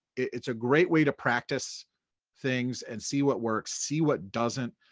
it's a great way to practice things and see what works, see what doesn't.